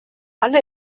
alle